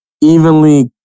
evenly